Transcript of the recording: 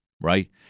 right